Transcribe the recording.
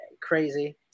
crazy